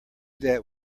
that